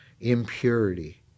Impurity